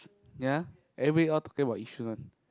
ya everybody all talking about Yishun one